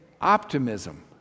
optimism